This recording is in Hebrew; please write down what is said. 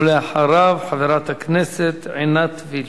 ואחריו, חברת הכנסת עינת וילף.